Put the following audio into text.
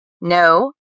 No